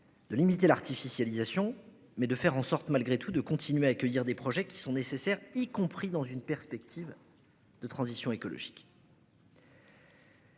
De limiter l'artificialisation mais de faire en sorte malgré tout de continuer à accueillir des projets qui sont nécessaires, y compris dans une perspective de transition écologique.